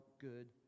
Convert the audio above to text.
good